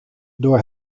door